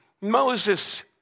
Moses